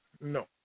No